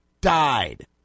died